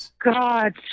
god